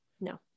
no